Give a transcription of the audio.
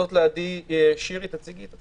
לידי זו שירי נוימן.